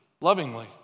lovingly